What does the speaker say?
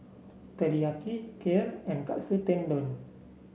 Teriyaki Kheer and Katsu Tendon